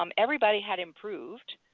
um everybody had improved.